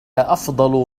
أفضل